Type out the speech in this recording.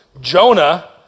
Jonah